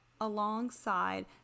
alongside